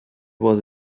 was